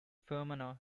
fermanagh